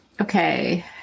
Okay